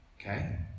okay